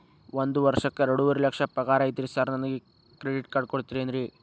ಒಂದ್ ವರ್ಷಕ್ಕ ಎರಡುವರಿ ಲಕ್ಷ ಪಗಾರ ಐತ್ರಿ ಸಾರ್ ನನ್ಗ ಕ್ರೆಡಿಟ್ ಕಾರ್ಡ್ ಕೊಡ್ತೇರೆನ್ರಿ?